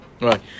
right